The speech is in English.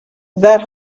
that